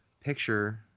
picture